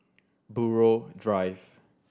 Buroh Drive